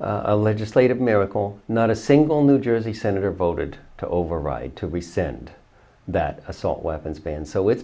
a legislative miracle not a single new jersey senator voted to override to rescind that assault weapons ban so it's